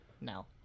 No